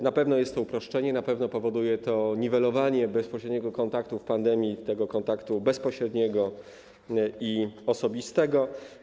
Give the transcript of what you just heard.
Na pewno jest to uproszczenie, na pewno spowoduje to niwelowanie bezpośredniego kontaktu w czasie pandemii, tego kontaktu bezpośredniego, osobistego.